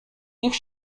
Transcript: niech